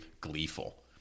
gleeful